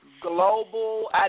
global